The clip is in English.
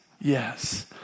yes